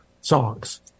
songs